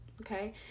okay